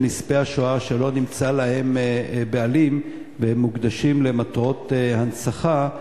נספי השואה שלא נמצא להם בעלים והם מוקדשים למטרות הנצחה,